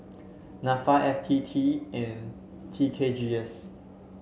NAFA F T T and T K G S